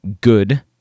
good